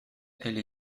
elle